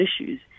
issues